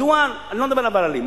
אני לא מדבר על הוול"לים.